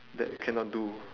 that cannot do